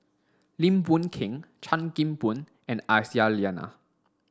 Lim Boon Keng Chan Kim Boon and Aisyah Lyana